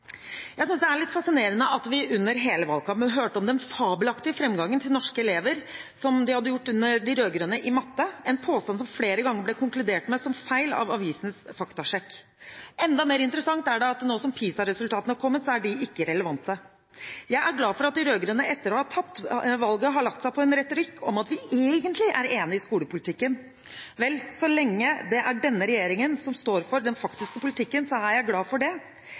Jeg synes det er litt fascinerende at vi under hele valgkampen hørte om den fabelaktige framgangen som norske elever hadde gjort under de rød-grønne i matte, en påstand som det flere ganger ble konkludert med var feil etter avisenes faktasjekk. Enda mer interessant er det at nå som PISA-resultatene har kommet, er de ikke relevante. Jeg er glad for at de rød-grønne etter å ha tapt valget har lagt seg på en retorikk om at vi egentlig er enige i skolepolitikken. Vel, så lenge det er denne regjeringen som står for den faktiske politikken, er jeg glad for det.